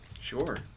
Sure